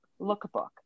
Lookbook